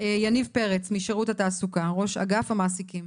יניב פרץ משירות התעסוקה, ראש אגף המעסיקים.